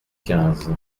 quinze